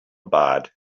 bad